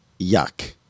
yuck